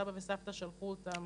סבא וסבתא שלהם שלחו אותם,